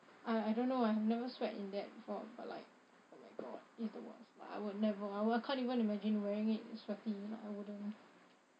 I I don't know I've never sweat in that before but like oh my god it's the worst like I would never I can't even imagine wearing it sweaty like I wouldn't